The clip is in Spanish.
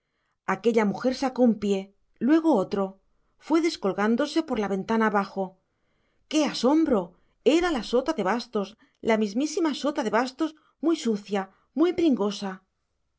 aquella mujer sacó un pie luego otro fue descolgándose por la ventana abajo qué asombro era la sota de bastos la mismísima sota de bastos muy sucia muy pringosa